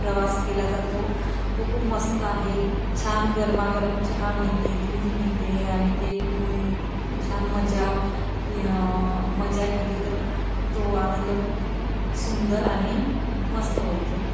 प्रवास केला जातो तो खूप मस्त आहे छान गरमागरम चहा मिळते दूध मिळते आणि ते पिऊन छान मजा पि मजा केली तर तो आनंद खूप सुंदर आणि मस्त होतो